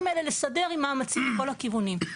האלה לסדר עם מאמצעים מכל הכיוונים.